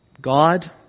God